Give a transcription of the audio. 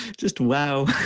just wow.